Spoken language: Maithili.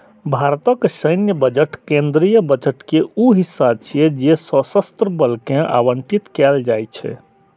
भारतक सैन्य बजट केंद्रीय बजट के ऊ हिस्सा छियै जे सशस्त्र बल कें आवंटित कैल जाइ छै